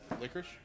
Licorice